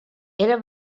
era